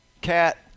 cat